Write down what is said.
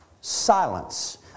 silence